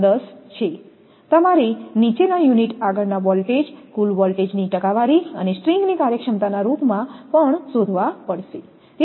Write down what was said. તમારે નીચેના યુનિટ આગળના વોલ્ટેજ કુલ વોલ્ટેજ ની ટકાવારી અને સ્ટ્રિંગની કાર્યક્ષમતા ના રૂપમાં પણ શોધવા પડશે